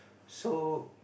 so